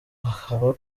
haba